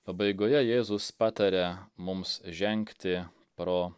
pabaigoje jėzus pataria mums žengti pro